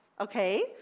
okay